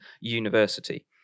university